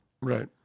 Right